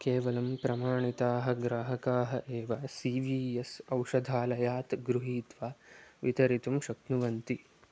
केवलं प्रमाणिताः ग्राहकाः एव सी वी एस् औषधालयात् गृहीत्वा वितरितुं शक्नुवन्ति